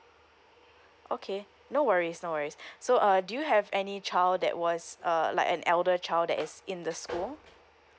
okay no worries no worries so uh do you have any child that was uh like an elder child that is in the school